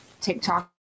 TikTok